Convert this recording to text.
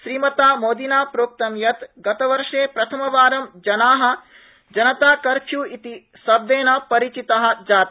श्रीमता मोदिना प्रोक्तं यत् गतवर्षे प्रथमवारं जना जनता कर्फ्यू इति शब्देन परिचिता जाता